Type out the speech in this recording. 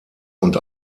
und